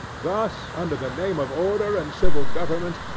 thus, under the name of order and civil government,